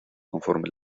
conforme